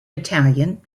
battalion